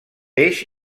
eix